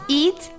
eat